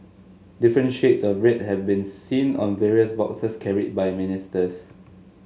different shades of red have been seen on various boxes carried by ministers